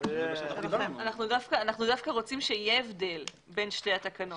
אנחנו דווקא רוצים שיהיה הבדל בין שתי התקנות